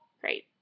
Great